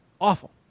Awful